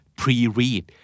pre-read